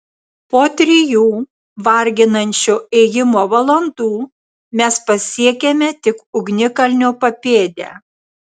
po trijų varginančio ėjimo valandų mes pasiekėme tik ugnikalnio papėdę